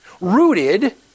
rooted